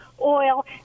oil